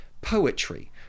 poetry